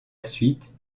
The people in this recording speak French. suite